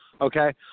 Okay